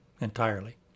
entirely